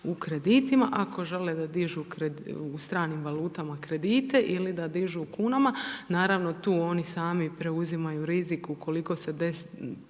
u kreditima, ako žele da dižu u stranim valutama kredite ili da dižu u kunama, naravno, tu oni sami preuzimaju rizik ukoliko se